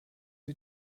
sie